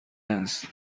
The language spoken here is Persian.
است